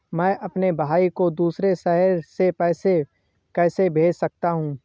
मैं अपने भाई को दूसरे शहर से पैसे कैसे भेज सकता हूँ?